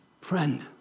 friend